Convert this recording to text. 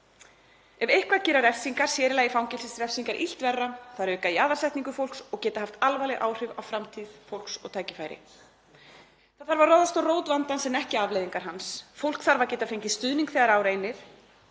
Ef eitthvað þá gera refsingar, sér í lagi fangelsisrefsingar, illt verra, þær auka jaðarsetningu fólks og geta haft alvarleg áhrif á framtíð fólks og tækifæri. Það þarf að ráðast að rót vandans en ekki afleiðingar hans. Fólk þarf að geta fengið stuðning þegar á reynir